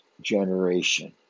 generation